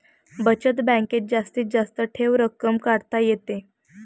बचत बँकेत जास्तीत जास्त ठेव रक्कम काढता येते